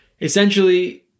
Essentially